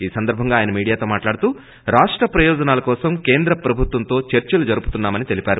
ఈ సందర్భంగా ఆయన మీడియాతో మాట్లాడుతూ రాష్ట ప్రయోజనాల కోసం కేంద్రప్రభుత్వంతో చర్చలు జరుతున్నా మని తెలిపారు